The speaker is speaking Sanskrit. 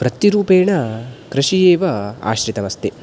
वृत्तिरूपेण कृषि एव आश्रितमस्ति